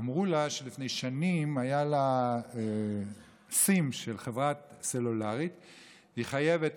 אמרו לה שלפני שנים היה לה סים של חברה סלולרית והיא חייבת